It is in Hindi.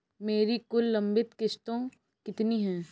मेरी कुल लंबित किश्तों कितनी हैं?